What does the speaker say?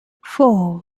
four